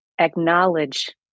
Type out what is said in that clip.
acknowledge